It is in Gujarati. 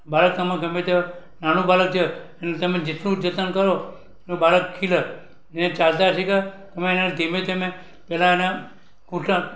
બાળક તમારું ગમે ત્યાં હોય નાનું બાળક જે હોય એનું તમે જેટલું જતન કરો એટલું બાળક ખીલે એને ચાલતા શીખે એમાં એને ધીમે ધીમે પેલા એને ઘૂંટણ